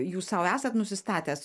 jūs sau esat nusistatęs